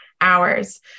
hours